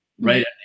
right